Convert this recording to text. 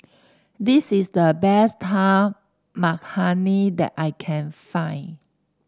this is the best Dal Makhani that I can find